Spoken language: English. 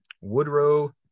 Woodrow